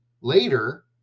later